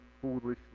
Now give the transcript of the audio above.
foolishly